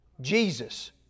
Jesus